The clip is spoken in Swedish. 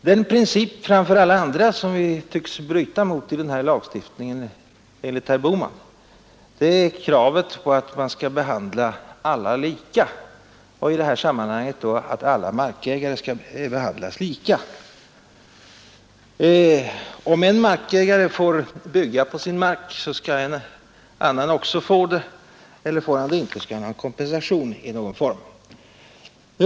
Den princip framför alla andra som vi, enligt herr Bohman, tycks bryta mot genom den här lagstiftningen är kravet på att man skall behandla alla lika i detta sammanhang att alla markägare skall behandlas lika. Om en markägare får bygga på sin mark, skall andra också få göra det eller i annat fall få kompensation i någon form.